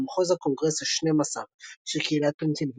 מחוז הקונגרס ה-12 של קהיליית פנסילבניה.